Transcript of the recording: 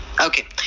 Okay